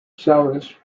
service